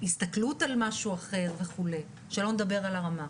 הסתכלות על משהו אחר וכו', שלא נדבר על הרמה.